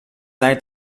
sei